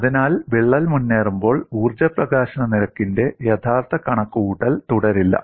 അതിനാൽ വിള്ളൽ മുന്നേറുമ്പോൾ ഊർജ്ജ പ്രകാശന നിരക്കിന്റെ യഥാർത്ഥ കണക്കുകൂട്ടൽ തുടരില്ല